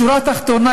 בשורה התחתונה,